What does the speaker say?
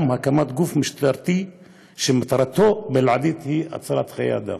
הקמת גוף משטרתי שמטרתו הבלעדית היא הצלת חיי אדם.